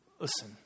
Listen